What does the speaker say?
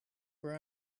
where